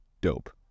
Dope